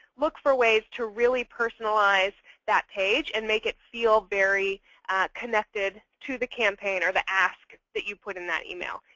look for ways to really personalize that page and make it feel very connected to the campaign or the ask that you put in that email.